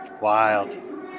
Wild